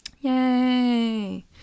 Yay